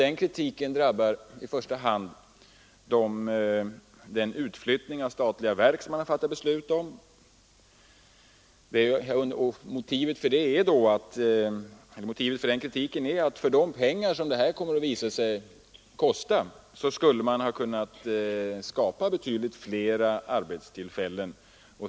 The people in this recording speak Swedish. Den kritiken drabbar i första hand den utflyttning av statliga verk som Anslag till regional man fattat beslut om. För de pengar som utflyttningen kommer att visa sig kosta skulle man ha kunnat skapa betydligt fler arbetstillfällen.